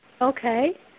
Okay